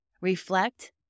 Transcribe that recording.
Reflect